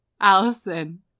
Allison